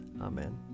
Amen